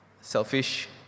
selfish